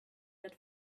that